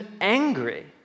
angry